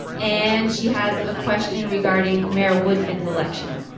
and she has a question regarding mayor woodfin's election.